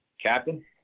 captain